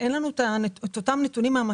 לא תמיד יש לנו את הנתונים במלואם.